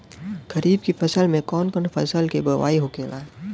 खरीफ की फसल में कौन कौन फसल के बोवाई होखेला?